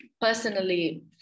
personally